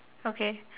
okay